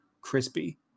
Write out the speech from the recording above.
crispy